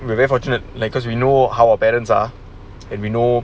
we are very fortunate like cause we know how our parents are and we know